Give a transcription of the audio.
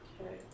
Okay